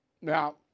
Now